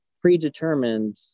predetermined